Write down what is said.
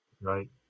Right